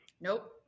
Nope